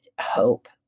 hope